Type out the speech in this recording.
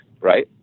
right